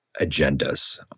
agendas